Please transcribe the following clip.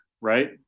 Right